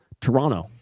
Toronto